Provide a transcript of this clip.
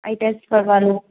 आई test करवा लूँ